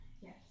yes